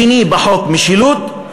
שני בחוק משילות.